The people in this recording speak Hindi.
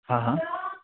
हाँ हाँ